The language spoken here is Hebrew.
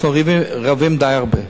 אנחנו רבים די הרבה,